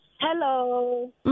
Hello